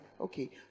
okay